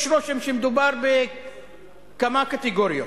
יש רושם שמדובר בכמה קטגוריות: